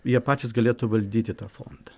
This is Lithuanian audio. jie patys galėtų valdyti tą fondą